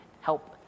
help